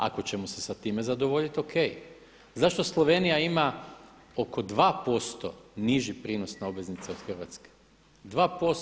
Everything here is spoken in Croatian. Ako ćemo se sa time zadovoljiti o.k. Zašto Slovenija ima oko 2% niži prinos na obveznice od Hrvatske, 2%